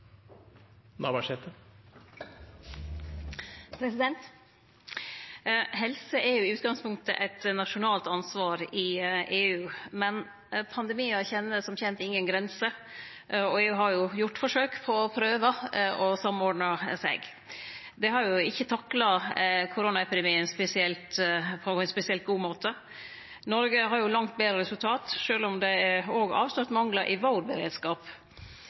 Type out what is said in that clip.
utgangspunktet eit nasjonalt ansvar i EU, men pandemiar kjenner som kjent ingen grenser, og EU har jo gjort forsøk på å prøve å samordne seg. Dei har ikkje takla koronapandemien på ein spesielt god måte. Noreg har langt betre resultat, sjølv om det absolutt òg er manglar i vår beredskap.